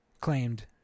claimed